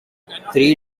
three